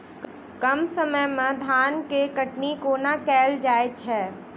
कम समय मे धान केँ कटनी कोना कैल जाय छै?